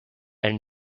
elle